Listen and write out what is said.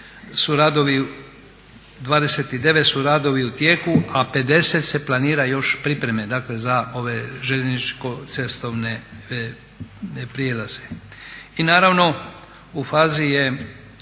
29 su radovi u tijeku, a 50 se planira se još planira pripreme za željezničko-cestovne prijelaze. I naravno u fazi je